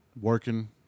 working